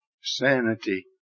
Sanity